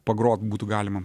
pagrot būtų galima